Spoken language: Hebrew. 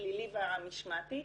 הפלילי והמשמעתי.